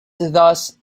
thus